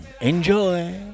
Enjoy